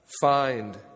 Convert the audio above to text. find